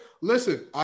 Listen